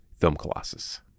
filmcolossus